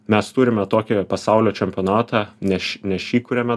mes turime tokį pasaulio čempionatą ne ne ši kuriame